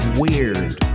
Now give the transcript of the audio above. weird